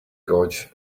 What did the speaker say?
gauge